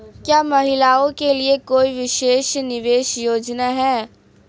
क्या महिलाओं के लिए कोई विशेष निवेश योजना है?